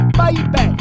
baby